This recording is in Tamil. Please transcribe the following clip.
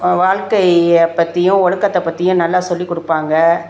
வாழ்க்கைய பற்றியும் ஒழுக்கத்த பற்றியும் நல்லா சொல்லி கொடுப்பாங்க